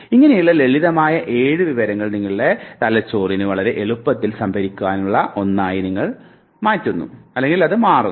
ഇങ്ങനെയുള്ള ലളിതമായ 7 വിവരങ്ങൾ നിങ്ങളുടെ തലച്ചോറിന് വളരെ എളുപ്പത്തിൽ സംഭരിക്കാവുന്ന ഒന്നായി മാറുന്നു